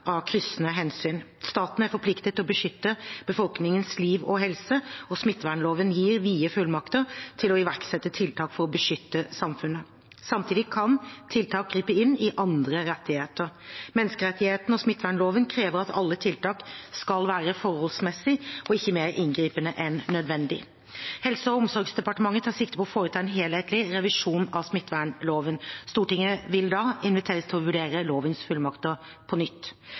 av kryssende hensyn. Staten er forpliktet til å beskytte befolkningens liv og helse, og smittevernloven gir vide fullmakter til å iverksette tiltak for å beskytte samfunnet. Samtidig kan tiltak gripe inn i andre rettigheter. Menneskerettighetene og smittevernloven krever at alle tiltak skal være forholdsmessige og ikke mer inngripende enn nødvendig. Helse- og omsorgsdepartementet tar sikte på å foreta en helhetlig revisjon av smittevernloven. Stortinget vil da inviteres til å vurdere lovens fullmakter på nytt.